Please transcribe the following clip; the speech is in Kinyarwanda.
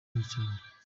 nicyaha